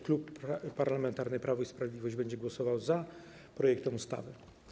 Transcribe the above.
Klub Parlamentarny Prawo i Sprawiedliwość będzie głosował za projektem ustawy.